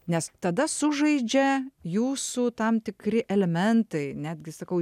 nes tada sužaidžia jūsų tam tikri elementai netgi sakau